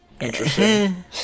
Interesting